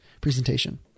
presentation